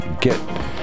get